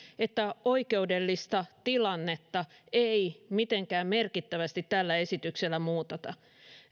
että oikeudellista tilannetta ei mitenkään merkittävästi tällä esityksellä muuteta